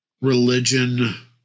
religion